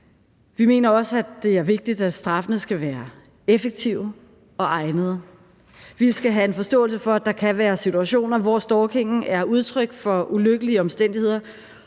er vigtigt, at straffene skal være effektive og egnede. Vi skal have en forståelse for, at der kan være situationer, hvor stalkingen er udtryk for ulykkelige omstændigheder